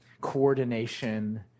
coordination